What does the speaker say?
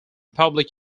public